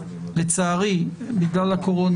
לצערי בגלל הקורונה,